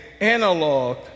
analog